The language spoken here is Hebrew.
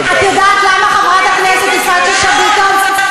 את יודעת למה, חברת הכנסת יפעת שאשא ביטון?